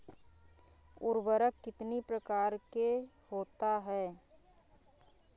उर्वरक कितनी प्रकार के होता हैं?